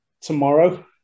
tomorrow